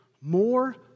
more